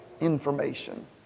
information